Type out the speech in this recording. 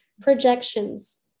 projections